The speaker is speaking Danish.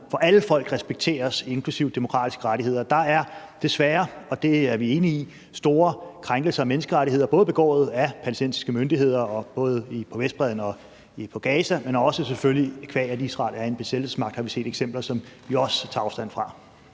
for alle folk respekteres, inklusiv demokratiske rettigheder. Der er desværre, og det er vi enige i, store krænkelser af menneskerettigheder begået af palæstinensiske myndigheder på Vestbredden og i Gaza, men vi har også, selvfølgelig qua at Israel er en besættelsesmagt, set eksempler, som vi også tager afstand fra.